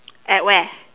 at where